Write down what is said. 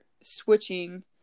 switching